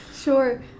sure